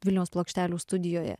vilniaus plokštelių studijoje